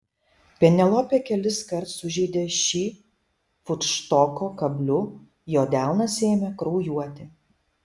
penelopė keliskart sužeidė šį futštoko kabliu jo delnas ėmė kraujuoti